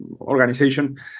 organization